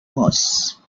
moss